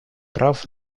прав